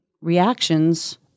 reactions